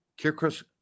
Kirkus